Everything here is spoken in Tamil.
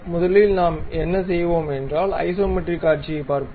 முதலில் நாம் என்ன செய்வோம் என்றால் ஐசோமெட்ரிக் காட்சியைப் பார்ப்பது